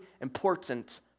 important